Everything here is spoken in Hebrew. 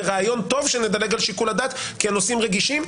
זה רעיון טוב שנדלג על שיקול הדעת כי הנושאים רגישים.